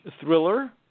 thriller